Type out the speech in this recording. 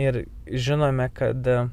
ir žinome kad